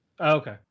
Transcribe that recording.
okay